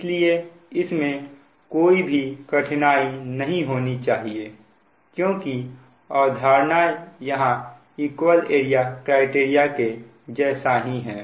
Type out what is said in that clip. इसलिए इसमें कोई भी कठिनाई नहीं होनी चाहिए क्योंकि अवधारणा यहां इक्वल एरिया क्राइटेरिया के जैसा ही है